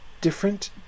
different